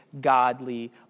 godly